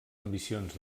ambicions